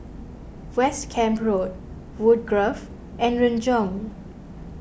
West Camp Road Woodgrove and Renjong